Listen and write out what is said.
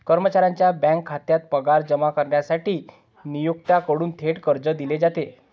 कर्मचाऱ्याच्या बँक खात्यात पगार जमा करण्यासाठी नियोक्त्याकडून थेट कर्ज दिले जाते